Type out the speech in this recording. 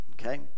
Okay